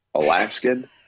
Alaskan